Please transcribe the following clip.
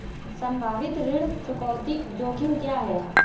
संभावित ऋण चुकौती जोखिम क्या हैं?